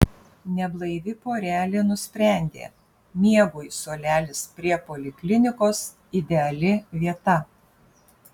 neblaivi porelė nusprendė miegui suolelis prie poliklinikos ideali vieta